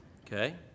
Okay